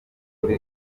kuri